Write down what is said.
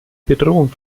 bedrohung